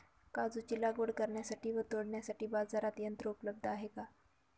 काजूची लागवड करण्यासाठी व तोडण्यासाठी बाजारात यंत्र उपलब्ध आहे का?